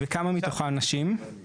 וכמה מתוכם נשים?